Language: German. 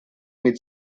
mit